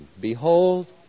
Behold